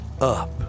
up